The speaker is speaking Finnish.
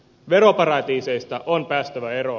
veroparatiiseista on päästävä eroon